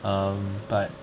um but